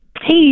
Hey